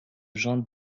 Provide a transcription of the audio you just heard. gens